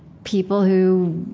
people who